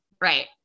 right